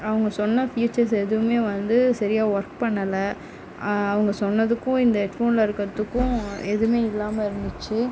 அவங்க சொன்ன ஃபீச்சர்ஸ் எதுவும் வந்து சரியாக ஒர்க் பண்ணலை அவங்க சொன்னதுக்கும் இந்த ஹெட்போனில் இருக்கிறதுக்கும் எதுவும் இல்லாமல் இருந்துச்சு